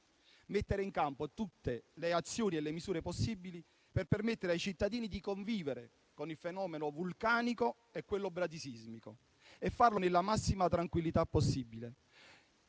mettere in campo tutte le azioni e le misure possibili per permettere ai cittadini di convivere con il fenomeno vulcanico e quello bradisismico, facendolo nella massima tranquillità possibile